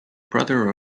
brother